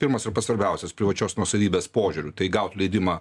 pirmas yra pats svarbiausias privačios nuosavybės požiūriu tai gaut leidimą